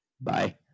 Bye